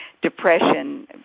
depression